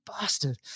bastard